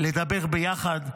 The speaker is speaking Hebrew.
לדבר ביחד,